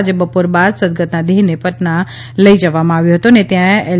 આજે બપોર બાદ સદગતના દેહને પટણા લઈ જવામાં આવ્યો અને ત્યાં એલ